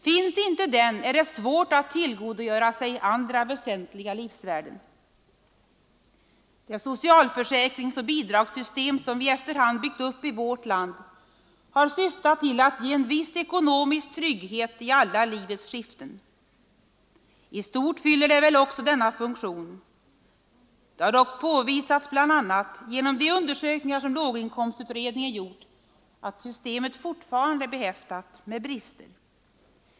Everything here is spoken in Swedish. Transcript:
Finns inte den är det svårt att tillgodogöra sig andra väsentliga livsvärden. Det socialförsäkringsoch bidragssystem som vi efter hand byggt upp i vårt land har syftat till att ge en viss ekonomisk trygghet i alla livets skiften. I stort fyller det väl också denna funktion. Det har dock påvisats, bl.a. genom de undersökningar som låginkomstutredningen gjort, att systemet fortfarande är behäftat med brister.